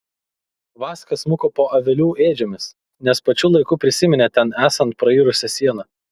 vaska smuko po avelių ėdžiomis nes pačiu laiku prisiminė ten esant prairusią sieną